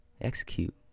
Execute